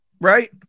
Right